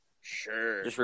Sure